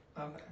Okay